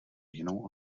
jinou